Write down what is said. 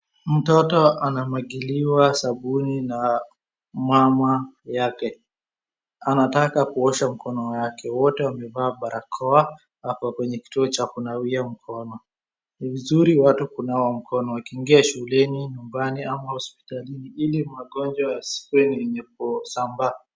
Mtoto anamwagiliwa sabuni na mama yake, anataka kuosha mkono wake, wote wamevaa barakoa hapa kwenye kituo cha kunawia mkono. Ni vizuri watu kunawa mkono wakiingia shuleni, nyumbani ama hospitalini ili magonjwa yasiwe yenye kusambaa.